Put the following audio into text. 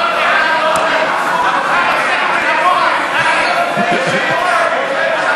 עוד מעט ארוחה מפסקת של הבוקר.